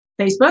Facebook